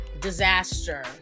disaster